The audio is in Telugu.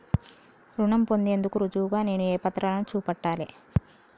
రుణం పొందేందుకు రుజువుగా నేను ఏ పత్రాలను చూపెట్టాలె?